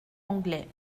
anglais